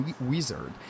wizard